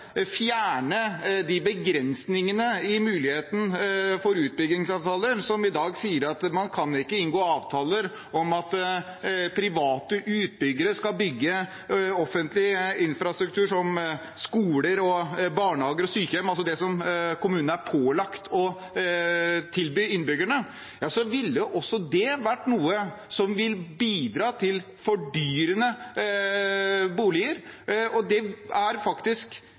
fjerne de begrensningene i muligheten for utbyggingsavtaler som i dag sier at man ikke kan inngå avtaler om at private utbyggere skal bygge offentlig infrastruktur som skoler, barnehager og sykehjem, altså det som kommunene er pålagt å tilby innbyggerne, ville også det være noe som vil bidra til fordyrende boliger, og det er